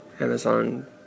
Amazon